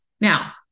Now